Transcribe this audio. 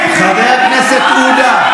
חבר הכנסת עודה,